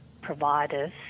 providers